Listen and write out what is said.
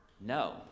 no